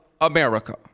America